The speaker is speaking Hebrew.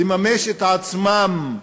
לממש את עצמם,